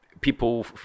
people